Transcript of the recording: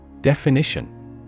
Definition